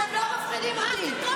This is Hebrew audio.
אתם לא מפחידים אותי.